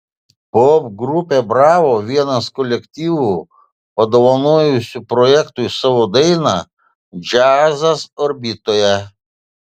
popgrupė bravo vienas kolektyvų padovanojusių projektui savo dainą džiazas orbitoje